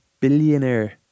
billionaire